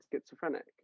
schizophrenic